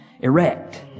erect